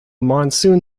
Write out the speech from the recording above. monsoon